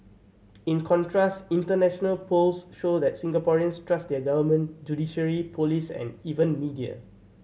in contrast international polls show that Singaporeans trust their government judiciary police and even media